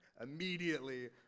immediately